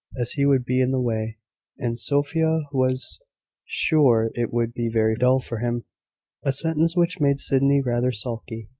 as he would be in the way and sophia was sure it would be very dull for him a sentence which made sydney rather sulky.